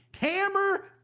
Hammer